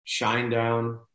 Shinedown